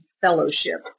fellowship